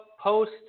post